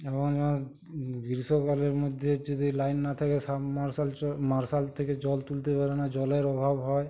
এবং গ্রীষ্মকালের মধ্যে হচ্ছে যে লাইন না থাকে সাবমার্সাল স মার্শাল থেকে জল তুলতে পারে না জলের অভাব হয়